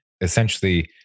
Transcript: essentially